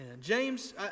James